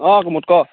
অ কুমুড ক'